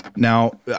Now